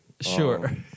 sure